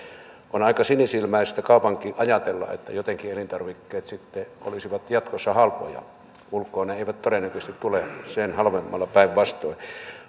on aika sinisilmäistä kaupankin ajatella että jotenkin elintarvikkeet sitten olisivat jatkossa halpoja ulkoa ne ne eivät todennäköisesti tule sen halvemmalla päinvastoin